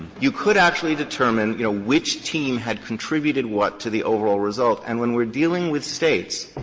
you could actually determine, you know, which team had contributed what to the overall result. and when we're dealing with states,